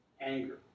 anger